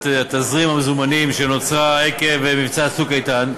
תזרים המזומנים שנוצרה עקב מבצע "צוק איתן"